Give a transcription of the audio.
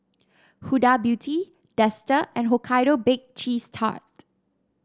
Huda Beauty Dester and Hokkaido Bake Cheese Tart